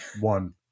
one